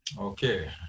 Okay